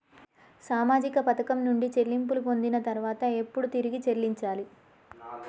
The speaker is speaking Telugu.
సామాజిక పథకం నుండి చెల్లింపులు పొందిన తర్వాత ఎప్పుడు తిరిగి చెల్లించాలి?